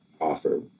offer